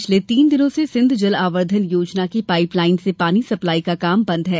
पिछले तीन दिनों से सिंध जलावर्धन योजना की पाईप लाईन से पानी सप्लाई का काम बंद है